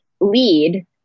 lead